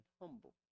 humble